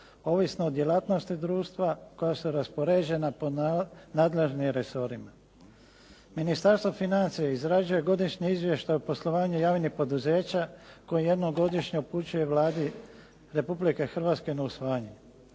ovisno o djelatnosti društva koja su raspoređena po nadležnim resorima. Ministarstvo financija izrađuje godišnji izvještaj o poslovanju javnih poduzeća koje jednom godišnje upućuje Vladi Republike Hrvatske na usvajanje.